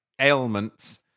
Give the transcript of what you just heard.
ailments